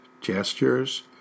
gestures